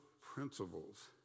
principles